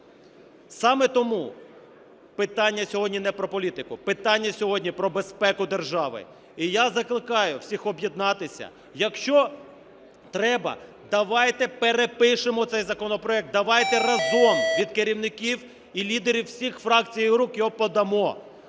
Саме тому питання сьогодні не про політику – питання сьогодні про безпеку держави. І я закликаю всіх об'єднатися, якщо треба, давайте перепишемо цей законопроект, давайте разом від керівників і лідерів всіх фракцій і груп його подамо.